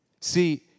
See